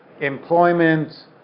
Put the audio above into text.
employment